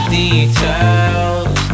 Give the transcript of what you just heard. details